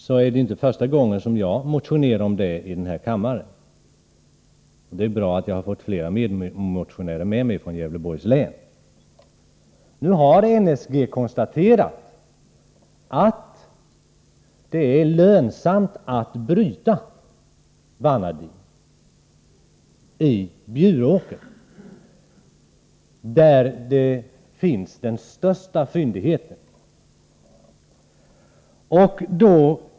Det är inte första gången som jag motionerar i denna fråga, och det är bra att jag nu har fått med mig flera ledamöter från Gävleborgs län. Nu har NSG konstaterat att det är lönsamt att bryta vanadin i Bjuråker. Där finns den största fyndigheten.